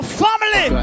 family